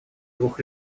двух